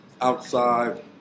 outside